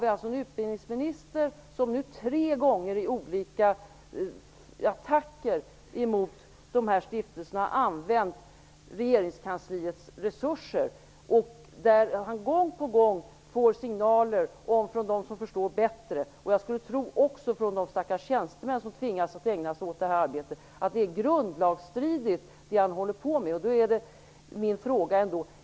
Vi har här en utbildningsminister som nu tre gånger i olika attacker mot de här stiftelserna har använt regeringskansliets resurser. Gång på gång får han signaler från dem som förstår bättre och också, skulle jag tro, från de stackars tjänstemän som tvingas ägna sig åt det här arbetet, om att det han håller på med är grundlagsstridigt.